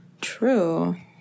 true